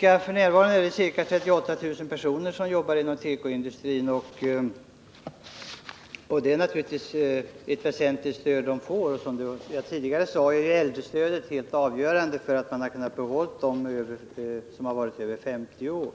F.n. jobbar ca 38 000 personer inom tekoindustrin, och det är naturligtvis ett väsentligt stöd som dessa får. Som jag tidigare sade är äldrestödet helt avgörande för möjligheterna att behålla anställda som är över 50 år.